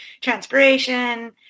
transpiration